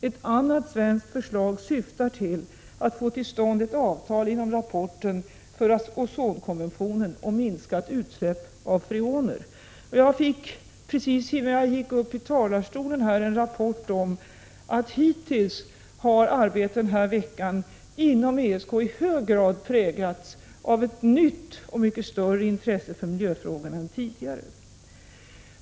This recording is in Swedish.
Ett annat svenskt förslag syftar till att få till stånd ett avtal inom ramen för ozonkonventionen om minskat utsläpp av freoner. Jag fick precis innan jag gick upp i talarstolen en rapport om att hittills har arbetet den här veckan inom ESK i hög grad präglats av ett nytt och mycket större intresse för miljöfrågorna än tidigare.